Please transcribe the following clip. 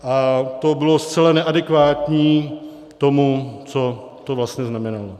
A to bylo zcela neadekvátní tomu, co to vlastně znamenalo.